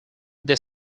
they